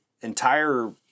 entire